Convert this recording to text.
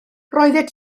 roeddet